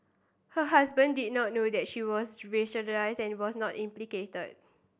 her husband did not know that she was and was not implicated